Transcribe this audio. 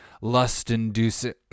lust-inducing